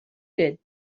did